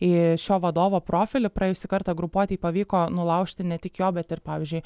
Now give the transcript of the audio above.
į šio vadovo profilį praėjusį kartą grupuotei pavyko nulaužti ne tik jo bet ir pavyzdžiui